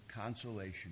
consolation